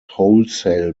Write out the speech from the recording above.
wholesale